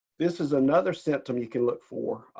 this is another symptom you can look for.